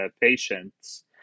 patients